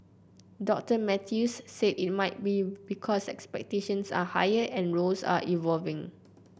Doctor Mathews said it may be because expectations are higher and roles are evolving